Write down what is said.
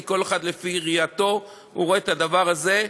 כי כל אחד לפי ראייתו רואה את הדבר הזה.